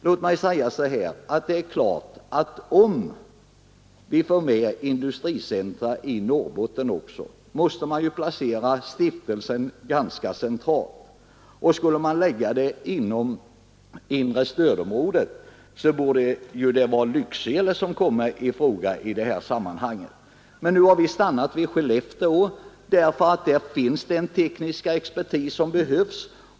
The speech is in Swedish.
Låt mig då säga att om vi får fler industricentra i Norrbotten måste man placera stiftelsen ganska centralt, och skulle man lägga den inom inre stödområdet borde det vara Lycksele som kommer i fråga. Men nu har vi stannat vid Skellefteå därför att där finns den tekniska expertis som behövs.